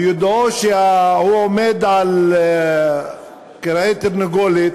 ביודעו שהוא עומד על כרעי תרנגולת,